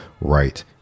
right